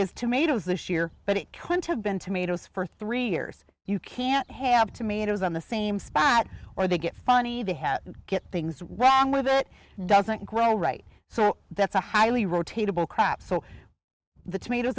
is tomatoes this year but it can't have been tomatoes for three years you can't have tomatoes on the same spot or they get funny they had to get things wrong with it doesn't grow right so that's a highly rotatable crop so the tomatoes